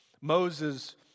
Moses